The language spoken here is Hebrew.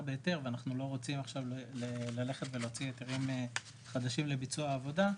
בהיתר ואנחנו לא רוצים עכשיו ללכת ולהוציא היתרים חדשים לביצוע העבודה,